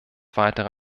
weitere